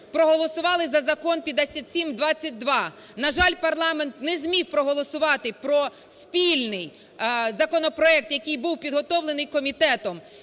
проголосували за Закон 5722. На жаль, парламент не зміг проголосувати про спільний законопроект, який був підготовлений комітетом,